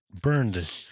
burned